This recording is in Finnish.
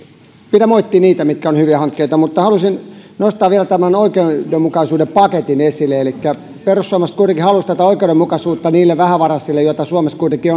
pidä moittia niitä mitkä ovat hyviä hankkeita mutta haluaisin nostaa vielä tämän oikeudenmukaisuuden paketin esille elikkä perussuomalaiset kuitenkin haluaisivat oikeudenmukaisuutta niille vähävaraisille joita suomessa kuitenkin